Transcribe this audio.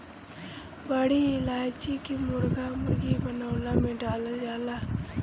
बड़ी इलायची के मुर्गा मुर्गी बनवला में डालल जाला